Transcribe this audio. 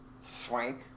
Frank